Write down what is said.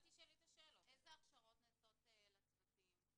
איזה הכשרות נעשות לצוותים,